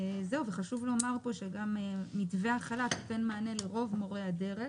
חשוב לומר פה שגם מתווה החל"ת נותן מענה לרוב מורי הדרך